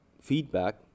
feedback